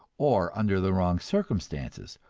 or under the wrong circumstances,